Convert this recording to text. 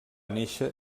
néixer